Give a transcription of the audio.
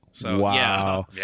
Wow